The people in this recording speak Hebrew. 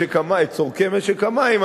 צורכי משק המים,